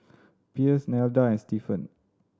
Pierce Nelda and Stephen